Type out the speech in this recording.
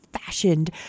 fashioned